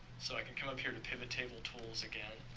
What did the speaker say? so, i can come up here to pivottable tools again